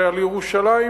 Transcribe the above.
שעל ירושלים